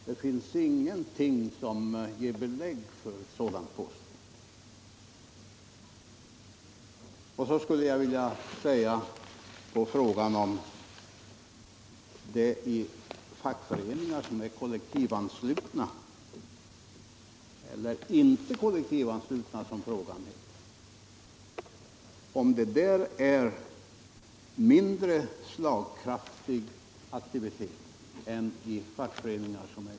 Det finns ingenting som ger belägg för ett sådant påstående. Vidare fick jag frågan om det är en mindre slagkraftig aktivitet i fackföreningar som inte är kollektivanslutna än i sådana som är kollektivanslutna.